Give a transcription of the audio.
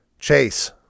Chase